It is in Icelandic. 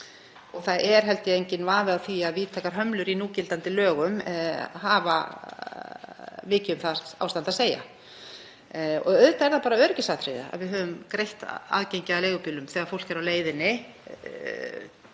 Það er enginn vafi á því að víðtækar hömlur í núgildandi lögum hafa mikið um það ástand að segja. Auðvitað er það öryggisatriði að við höfum greitt aðgengi að leigubílum þegar fólk er á leið